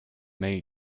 may